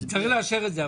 צריך לאשר את זה,